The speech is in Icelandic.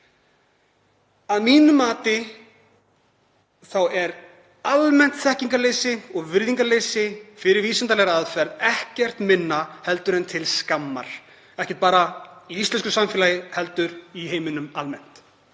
Að mínu mati er almennt þekkingarleysi og virðingarleysi fyrir vísindalegri aðferð ekkert minna en til skammar, ekki bara í íslensku samfélagi heldur í heiminum almennt.